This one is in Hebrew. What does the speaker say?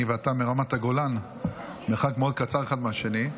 אני ואתה מרמת הגולן במרחק מאוד קצר אחד מהשני,